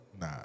Nah